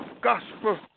gospel